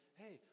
hey